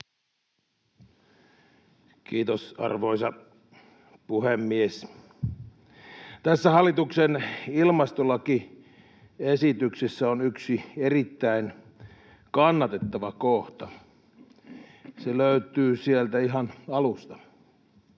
Kiitos, arvoisa puhemies! Tässä hallituksen ilmastolakiesityksessä on yksi erittäin kannatettava kohta. Se löytyy sieltä ihan alusta.